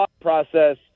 Process